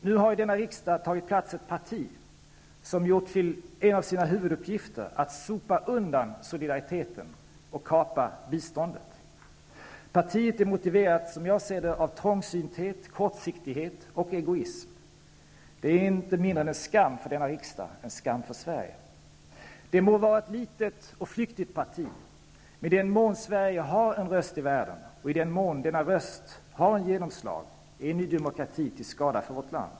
Nu har i denna riksdag ett parti tagit plats som gjort det till en av sina huvuduppgifter att sopa undan solidariteten och kapa biståndet. Partiet är motiverat, som jag ser det, av trångsynthet, kortsiktighet och egoism. Det är inget mindre än en skam för denna riksdag, en skam för Sverige. Det må vara ett litet och flyktigt parti. Men i den mån Sverige har en röst i världen, och i den mån denna röst har genomslag, är Ny demokrati till skada för vårt land.